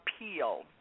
appeal